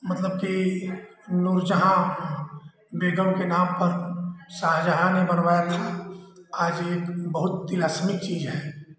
मतलब की नूरजाहाँ बेगम के नाम पर शाहजाहाँ ने बनवाया था आज एक बहुत तिलस्मी चीज है